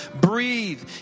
breathe